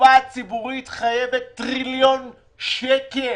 הקופה הציבורית חייבת טריליון שקל.